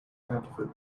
counterfeit